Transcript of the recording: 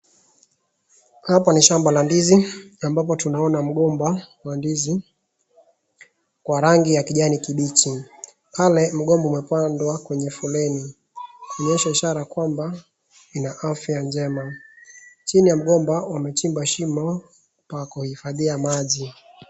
Hapa ni shamba la ndizi ambapo tunaoana mgomba wa ndizi kwa rangi ya kijani kimbichi. Pale mgomba umepandwa kwenye foleni. Kuonyesha ishara kwamba inaafya njema. Chini ya mgomba wamechimba shimo pa kuhifadhia maji.